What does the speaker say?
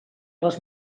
les